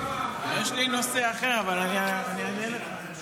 יש לי נושא אחר, אבל אני אענה לך.